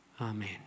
amen